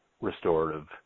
restorative